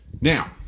Now